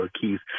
Keith